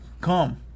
come